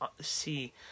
see